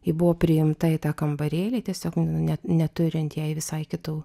ji buvo priimta į tą kambarėlį tiesiog net neturint jai visai kitų